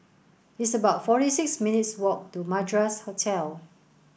it's about forty six minutes' walk to Madras Hotel